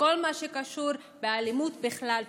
בכל מה שקשור באלימות בכלל,